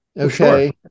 Okay